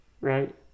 right